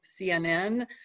CNN